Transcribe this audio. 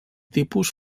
tipus